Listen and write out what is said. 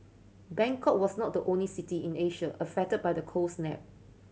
Bangkok was not the only city in Asia affected by the cold snap